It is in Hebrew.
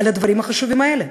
על הדברים החשובים האלה?